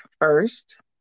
first